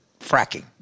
fracking